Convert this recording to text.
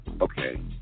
Okay